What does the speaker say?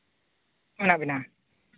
ᱢᱮᱱᱟᱜ ᱵᱮᱱᱟ